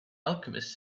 alchemist